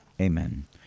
Amen